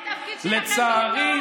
לצערי,